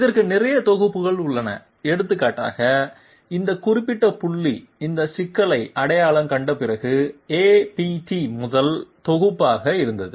இதற்கு நிறைய தொகுப்புகள் உள்ளன எடுத்துக்காட்டாக இந்த குறிப்பிட்ட புள்ளி இந்த சிக்கலை அடையாளம் கண்ட பிறகு APT முதல் தொகுப்பாக இருந்தது